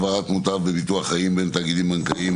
העברת מוטב בביטוח חיים בין תאגידים בנקאיים),